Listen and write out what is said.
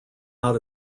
out